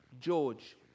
George